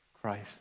Christ